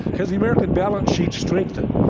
has the american balance sheet strengthened?